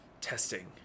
testing